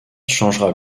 changera